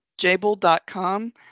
jable.com